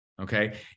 Okay